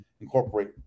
incorporate